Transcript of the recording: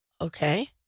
Okay